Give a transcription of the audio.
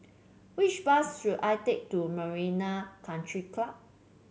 which bus should I take to Marina Country Club